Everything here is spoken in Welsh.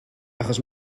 achos